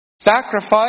sacrifice